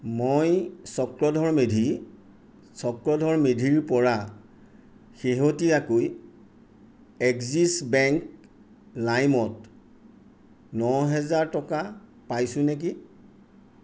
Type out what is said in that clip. মই চক্ৰধৰ মেধি মই চক্ৰধৰ মেধিৰ পৰা শেহতীয়াকৈ বেংক লাইমত ন হেজাৰ টকা পাইছোঁ নেকি